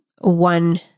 one